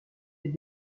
des